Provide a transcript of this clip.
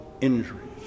injuries